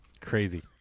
Crazy